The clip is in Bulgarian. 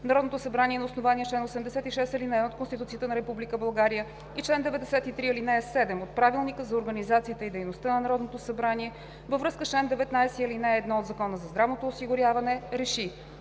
Народното събрание на основание чл. 86, ал. 1 от Конституцията на Република България и чл. 93, ал. 7 от Правилника за организацията и дейността на Народното събрание във връзка с чл. 19, ал. 1 от Закона за здравното осигуряване РЕШИ: